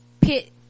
pit